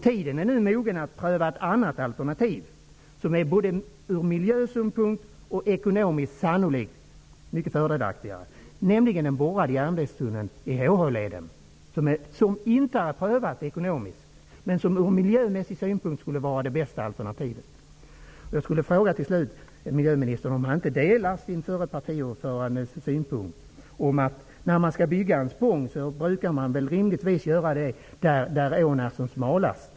Tiden är nu mogen att pröva ett annat alternativ, som är både mycket fördelaktigare från miljösynpunkt och mycket mer sannolikt ekonomiskt sett, nämligen en borrad järnvägstunnel i HH-leden. Det skulle vara det bästa alternativet från miljösynpunkt, men det är inte prövat ekonomiskt. Till slut skulle jag vilja fråga miljöministern om han inte delar sin förre partiordförandes synpunkt, att när man skall bygga en spång är det rimligt att göra det där ån är som smalast.